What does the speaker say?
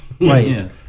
Right